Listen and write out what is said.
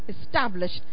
established